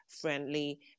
friendly